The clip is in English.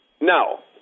now